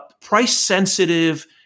price-sensitive